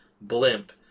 blimp